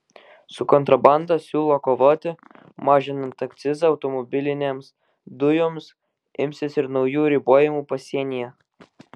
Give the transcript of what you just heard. su kontrabanda siūlo kovoti mažinant akcizą automobilinėms dujoms imsis ir naujų ribojimų pasienyje